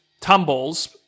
tumbles